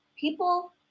people